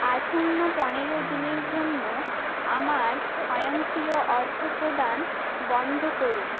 আসন্ন পনেরো দিনের জন্য আমার স্বয়ংক্রিয় অর্থপ্রদান বন্ধ করুন